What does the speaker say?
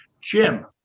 Jim